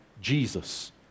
Jesus